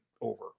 over